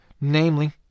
Namely